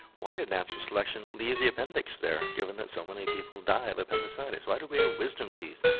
why did natural selection leave the appendix there given that so many people die of appendicitis? why do we have wisdom teeth?